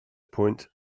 point